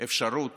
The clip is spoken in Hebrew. אפשרות